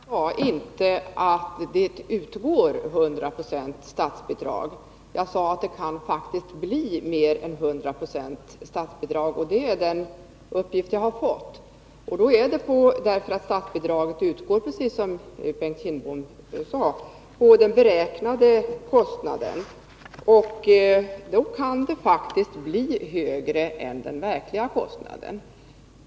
Fru talman! Jag sade inte att det utgår statsbidrag till 100 22. Jag sade att det faktiskt kan bli mer än 100 20 i statsbidrag. Det är den uppgift jag har fått. Detta förklaras av att — precis som Bengt Kindbom sade — bidraget utgår på den beräknade kostnaden. Då kan bidraget faktiskt bli högre än den verkliga kostnaden.